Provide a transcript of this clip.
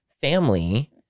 family